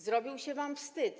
Zrobiło się wam wstyd.